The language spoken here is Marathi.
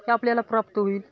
हे आपल्याला प्राप्त होईल